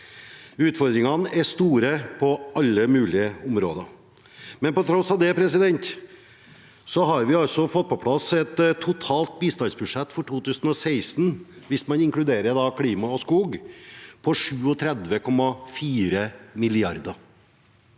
Utfordringene er store på alle mulige områder, men på tross av det har vi fått på plass et totalt bistandsbudsjett for 2016, hvis man inkluderer klima og skog, på 37,4 mrd.